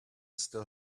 still